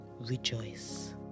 rejoice